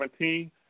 2017